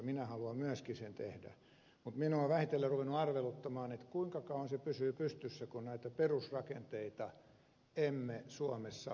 minä haluan myöskin sen tehdä mutta minua on vähitellen ruvennut arveluttamaan kuinka kauan se pysyy pystyssä kun näitä perusrakenteita emme suomessa pysty muuttamaan